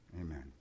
Amen